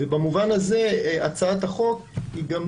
ובמובן הזה הצעת החוק היא לא